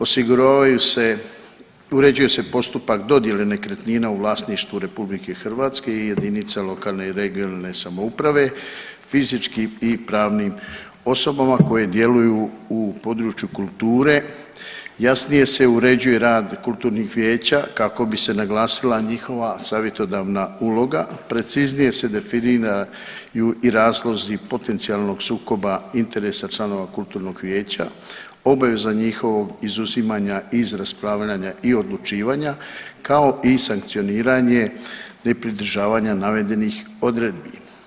Osiguravaju se, uređuje se postupak dodjele nekretnina u vlasništvu Republike Hrvatske i jedinica lokalne i regionalne samouprave, fizičkim i pravnim osobama koje djeluju u području kulture, jasnije se uređuje rad kulturnih vijeća kako bi se naglasila njihova savjetodavna uloga, preciznije se definira i razlozi potencijalnog sukoba interesa članova kulturnog vijeća, obveza njihovog izuzimanja iz raspravljanja i odlučivanja kao i sankcioniranje nepridržavanja navedenih odredbi.